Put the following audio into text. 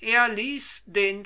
er ließ also den